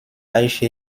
eiche